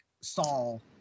Saul